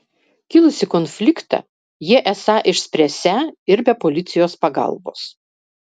kilusį konfliktą jie esą išspręsią ir be policijos pagalbos